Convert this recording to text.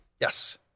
Yes